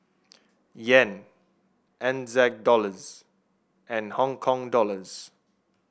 Yen Ng Zag Dollars and Hong Kong Dollars